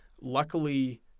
Luckily